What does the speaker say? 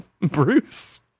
Bruce